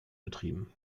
betrieben